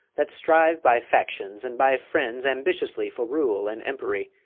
that strive by factions and by friends ambitiously for rule and empery,